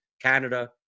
Canada